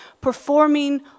performing